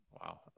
Wow